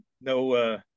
no